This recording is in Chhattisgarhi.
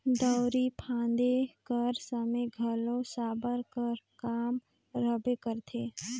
दउंरी फादे कर समे घलो साबर कर काम रहबे करथे